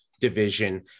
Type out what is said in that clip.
division